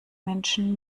menschen